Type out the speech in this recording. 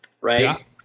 right